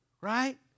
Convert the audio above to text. right